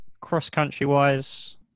Cross-country-wise